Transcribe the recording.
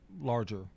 larger